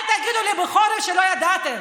אל תגידו לי בחורף שלא ידעתם.